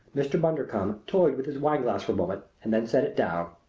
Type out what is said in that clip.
mr. bundercombe toyed with his wine glass for a moment and then set it down.